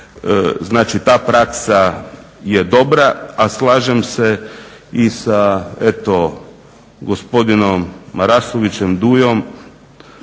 Znači ta praksa je dobra. A slažem se i sa eto gospodinom Marasovićem Dujom